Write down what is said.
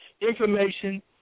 information